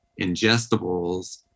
ingestibles